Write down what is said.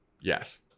Yes